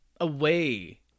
away